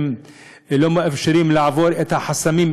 הם לא מאפשרים לעבור את החסמים,